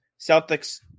Celtics